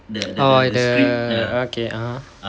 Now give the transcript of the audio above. oh the okay (uh huh)